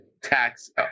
tax